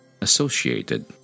associated